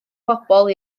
bobl